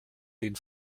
den